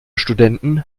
studenten